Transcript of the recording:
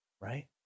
right